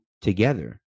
together